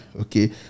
Okay